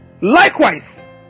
likewise